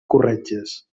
corretges